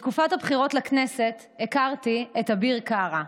בתקופת הבחירות לכנסת הכרתי את אביר קארה,